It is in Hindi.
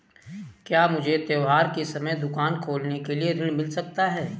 क्या मुझे त्योहार के समय दुकान खोलने के लिए ऋण मिल सकता है?